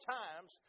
times